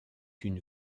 une